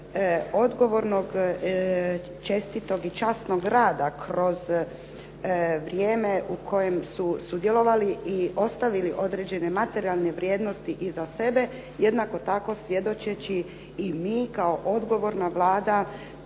odgovornog, čestitog i časnog rada kroz vrijeme u kojem su sudjelovali i ostavili određene materijalne vrijednosti iza sebe jednako tako svjedočeći i mi kao odgovorna Vlada